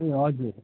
ए हजुर